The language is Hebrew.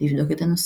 לבדוק את הנושא.